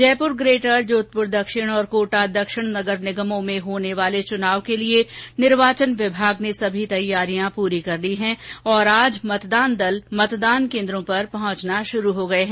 Jaipur greater Jodhpur दक्षिण और कोटा दक्षिण नगर निगमों में होने वाले चुनाव के लिये निर्वाचन विभाग ने सभी तैयारियां पूरी कर लीं हैं और आज मतदान दल मतदान केन्द्रों पर पहुंचना शुरू हो गये हैं